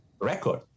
record